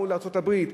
מול ארצות-הברית,